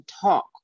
talk